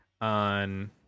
on